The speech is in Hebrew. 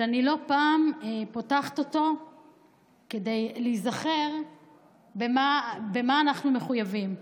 שאני לא פעם פותחת אותו כדי להיזכר במה אנחנו מחויבים.